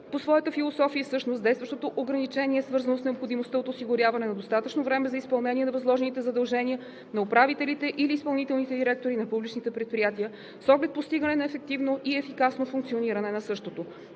По своята философия и същност действащото ограничение е свързано с необходимостта от осигуряване на достатъчно време за изпълнение на възложените задължения на управителите или изпълнителните директори на публичните предприятия с оглед постигане на ефективно и ефикасно функциониране на същото.